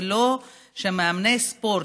ולא שמאמני ספורט,